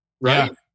right